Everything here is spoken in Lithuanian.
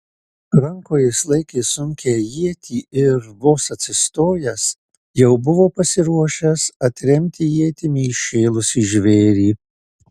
rankoje jis laikė sunkią ietį ir vos atsistojęs jau buvo pasiruošęs atremti ietimi įšėlusį žvėrį